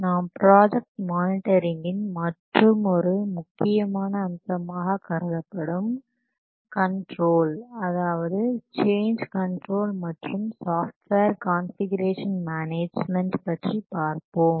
நாம் ப்ராஜெக்ட் மானிட்டரிங்கின் மற்றுமொரு முக்கியமான அம்சமாக கருதப்படும் கன்ட்ரோல் அதாவது சேஞ்ச் கண்ட்ரோல் மற்றும் சாஃப்ட்வேர் கான்ஃபிகுரேஷன் மேனேஜ்மென்ட் பற்றி பார்ப்போம்